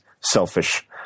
selfish